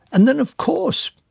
and then, of course,